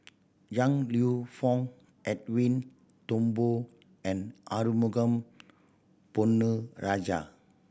Yong Lew Foong Edwin Thumboo and Arumugam Ponnu Rajah